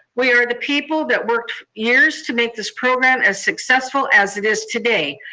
we are the people that worked years to make this program as successful as it is today.